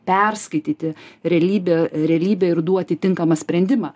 perskaityti realybę realybę ir duoti tinkamą sprendimą